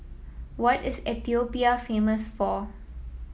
what is Ethiopia famous for